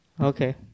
Okay